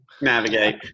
navigate